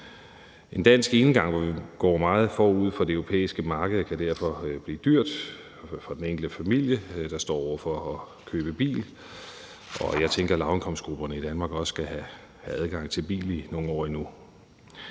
En dansk enegang, hvor vi går meget forud for det europæiske marked, kan derfor blive dyr for den enkelte familie, der står over for at købe bil. Jeg tænker, at lavindkomstgrupperne i Danmark også skal have adgang til en bil i nogle år endnu.